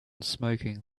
smoking